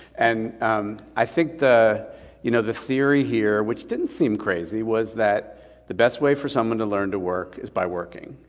and um i think the you know the theory here, which didn't seem crazy, was that the best way for someone to learn to work is by working.